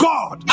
God